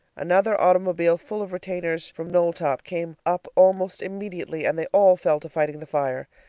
another automobile full of retainers from knowltop came up almost immediately, and they all fell to fighting the fire.